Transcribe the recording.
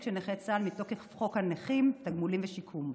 של נכי צה"ל מתוקף חוק הנכים (תגמולים ושיקום).